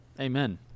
Amen